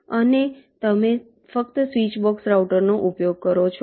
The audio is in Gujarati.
અને તમે ફક્ત સ્વીચ બોક્સ રાઉટરનો ઉપયોગ કરો છો